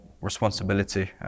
responsibility